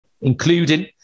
including